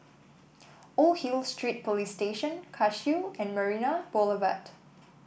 Old Hill Street Police Station Cashew and Marina Boulevard